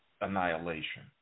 annihilation